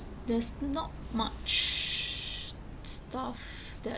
there's not much stuff that